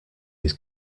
his